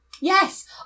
Yes